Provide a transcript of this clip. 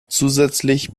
zusätzlich